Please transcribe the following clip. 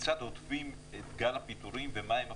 כיצד הודפים את גל הפיטורים ומהם הפתרונות?